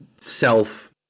self